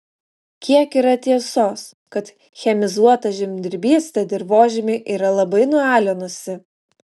kiek yra tiesos kad chemizuota žemdirbystė dirvožemį yra labai nualinusi